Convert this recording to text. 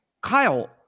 Kyle